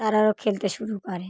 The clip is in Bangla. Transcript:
তারাও খেলতে শুরু করে